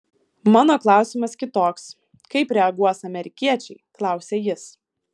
mano klausimas kitoks kaip reaguos amerikiečiai klausia jis